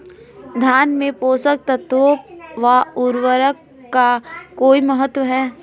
धान में पोषक तत्वों व उर्वरक का कोई महत्व है?